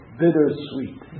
bittersweet